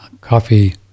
coffee